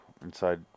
inside